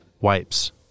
wipes